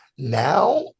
Now